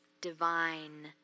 divine